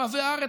אוהבי הארץ,